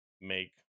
make